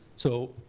so,